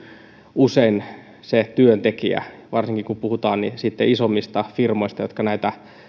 usein se työntekijä varsinkin kun puhutaan isommista firmoista jotka näitä